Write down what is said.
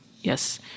Yes